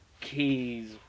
keys